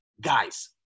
guys